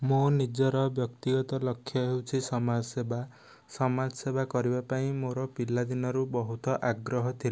ମୋ ନିଜର ବ୍ୟକ୍ତିଗତ ଲକ୍ଷ୍ୟ ହେଉଛି ସମାଜ ସେବା ସମାଜସେବା କରିବା ପାଇଁ ମୋର ପିଲାଦିନରୁ ବହୁତ ଆଗ୍ରହ ଥିଲା